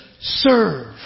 Serve